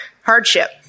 hardship